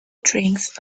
drinks